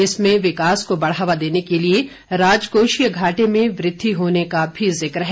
इसमें विकास को बढ़ावा देने के लिए राजकोषीय घाटे में वृद्धि होने का भी जिक्र है